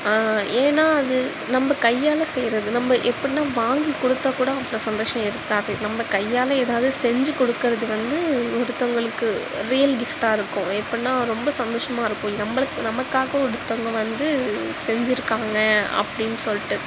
ஏனால் அது நம்ப கையால் செய்யறது நம்ம எப்புடின்னா வாங்கி கொடுத்தால் கூட அவ்வளோ சந்தோஷம் இருக்காது நம்ம கையால் ஏதாவது செஞ்சு கொடுக்கறது வந்து ஒருத்தவர்களுக்கு ரியல் கிஃப்ட்டாக இருக்கும் எப்படின்னா ரொம்ப சந்தோஷமாக இருக்கும் நம்பளுக்கு நமக்காக ஒருத்தவங்க வந்து செஞ்சுருக்காங்க அப்படின்னு சொல்லிட்டு